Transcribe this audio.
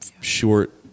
short